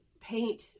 paint